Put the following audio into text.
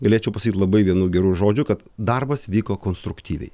galėčiau pasakyt labai vienu geru žodžiu kad darbas vyko konstruktyviai